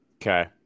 Okay